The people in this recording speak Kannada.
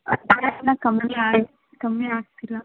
ಇನ್ನು ಕಮ್ಮಿ ಆಗ ಕಮ್ಮಿ ಆಗ್ತಿಲ್ಲ